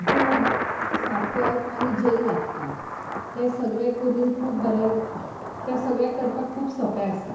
दूद साखर आनी झेल लागता तें सगळें करून खूब बरें तें सगळें करपाक खूब सोंपें आसा